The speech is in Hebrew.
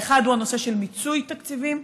האחד הוא הנושא של מיצוי תקציבים,